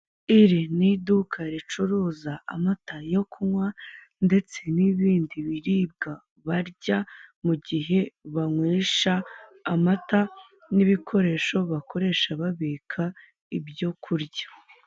Iri ni iduka ricuruza amata yo kunywa, ndetse n'ibindi biribwa barya, mu gihe banywesha amata n'ibikoresho bakoresha babika ibyo kurya.